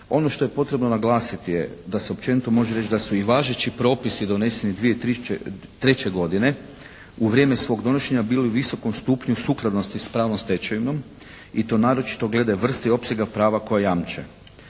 Ono što je potrebno naglasiti je da se općenito može reći da su i važeći propisi doneseni 2003. godine u vrijeme svog donošenja bili u visokom stupnju sukladnosti s pravnom stečevinom i to naročito glede vrste i opsega prava koja jamče.